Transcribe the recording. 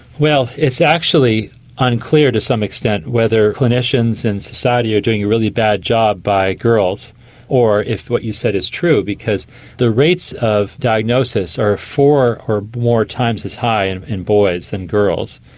well, it's actually unclear to some extent whether clinicians in society are doing a really bad job by girls or if what you said is true, because the rates of diagnosis are four or more times as high and in boys than girls,